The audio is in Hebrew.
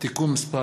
מס'